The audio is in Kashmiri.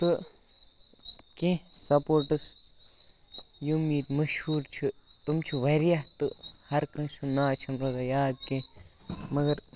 تہٕ کینٛہہ سپوٹٕس یِم ییٚتہِ مشہوٗر چھِ تِم چھِ واریاہ تہٕ ہر کٲنٛسہِ ہُنٛد ناو چھُنہٕ روزان یاد کینٛہہ مگر